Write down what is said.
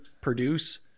produce